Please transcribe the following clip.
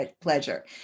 pleasure